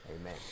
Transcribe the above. amen